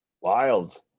Wild